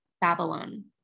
Babylon